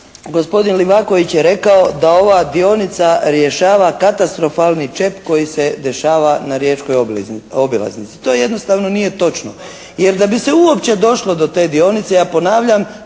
gospodin Livaković je rekao da ova dionica rješava katastrofalni čep koji se dešava na Riječkoj obilaznici. To jednostavno nije točno, jer da bi se uopće došlo do te dionice, ja ponavljam,